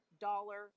dollar